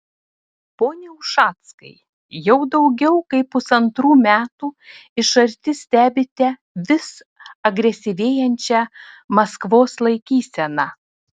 pone ušackai jau daugiau kaip pusantrų metų iš arti stebite vis agresyvėjančią maskvos laikyseną